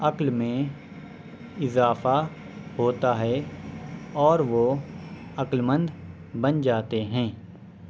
عقل میں اضافہ ہوتا ہے اور وہ عقلمند بن جاتے ہیں